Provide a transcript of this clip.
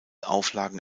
auflagen